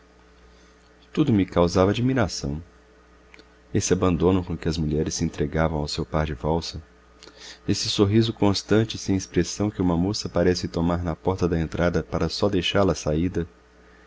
tudo me causava admiração esse abandono com que as mulheres se entregavam ao seu par de valsa esse sorriso constante e sem expressão que uma moça parece tomar na porta da entrada para só deixá-lo à saída